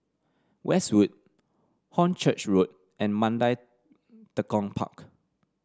Westwood Hornchurch Road and Mandai Tekong Park